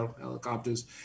helicopters